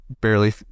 barely